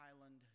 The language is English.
Island